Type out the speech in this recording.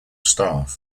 staff